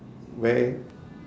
where